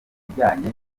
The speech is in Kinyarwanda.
ibijyanye